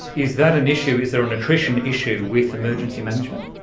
is that an issue, is there an attrition issue with emergency management?